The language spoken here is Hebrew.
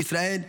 בישראל.